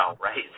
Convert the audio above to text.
right